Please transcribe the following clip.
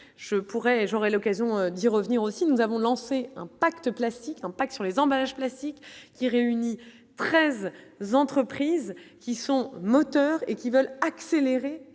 j'aurai l'occasion d'y revenir aussi, nous avons lancé un pacte classique, non pas sur les emballages plastiques qui réunit 13 entreprises qui sont moteur et qui veulent accélérer